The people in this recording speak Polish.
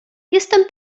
jestem